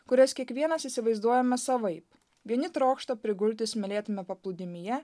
kurias kiekvienas įsivaizduojame savaip vieni trokšta prigulti smėlėtame paplūdimyje